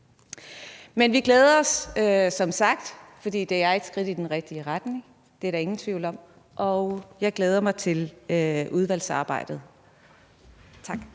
Vi glæder os som sagt, fordi det er et skridt i den rigtige retning. Det er der ingen tvivl om, og jeg glæder mig til udvalgsarbejdet. Tak.